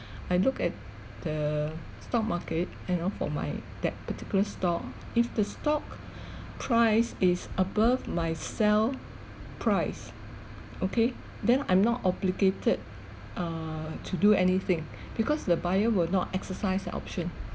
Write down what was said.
I look at the stock market you know for my that particular stock if the stock price is above my sell price okay then I'm not obligated err to do anything because the buyer will not exercise their option